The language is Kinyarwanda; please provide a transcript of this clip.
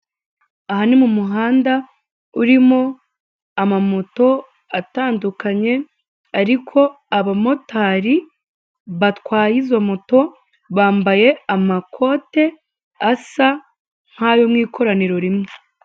Aha ni mu muhanda urimo amamoto atandukanye ariko abamotari batwaye izo moto bambaye amakote asa nk'ayo mu ikoraniro rimwe.